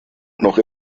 noch